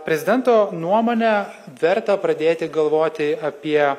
prezidento nuomone verta pradėti galvoti apie